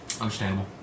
Understandable